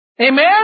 Amen